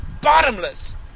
bottomless